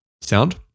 sound